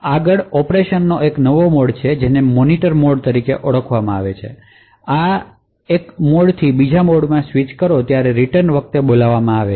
આગળ ઓપરેશનનો એક નવો મોડછે જેને મોનિટરમોડતરીકે ઓળખવામાં આવે છે જે એક મોડથી બીજામાં સ્વિચ કરો ત્યારે રિટર્ન વખતે બોલાવવામાં આવે છે